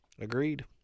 Agreed